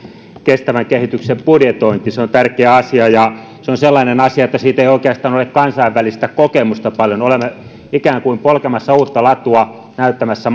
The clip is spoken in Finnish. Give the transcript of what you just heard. kestävän kehityksen budjetointi se on tärkeä asia ja se on sellainen asia että siitä ei oikeastaan ole kansainvälistä kokemusta paljon olemme ikään kuin polkemassa uutta latua näyttämässä